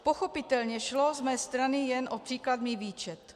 Pochopitelně šlo z mé strany jen o příkladný výčet.